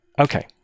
Okay